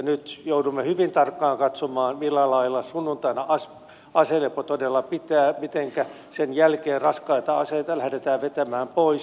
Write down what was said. nyt joudumme hyvin tarkkaan katsomaan millä lailla sunnuntaina aselepo todella pitää mitenkä sen jälkeen raskaita aseita lähdetään vetämään pois